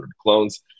clones